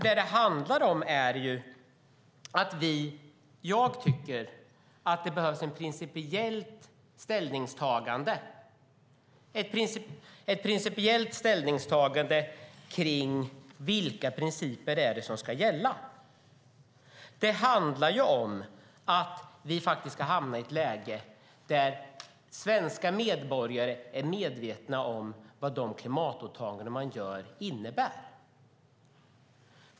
Vad det handlar om är att jag tycker att det behövs ett principiellt ställningstagande kring vilka principer som ska gälla. Det handlar om att vi ska hamna i ett läge där svenska medborgare är medvetna om vad de klimatåtaganden de gör innebär.